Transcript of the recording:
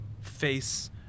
face